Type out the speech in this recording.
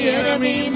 enemy